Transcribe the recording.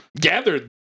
gathered